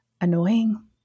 annoying